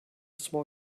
small